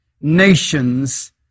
nations